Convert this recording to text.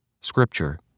Scripture